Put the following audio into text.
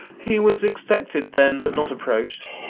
he was expected then, but not approach'd.